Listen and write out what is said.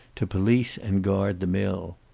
to police and guard the mill.